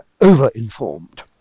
over-informed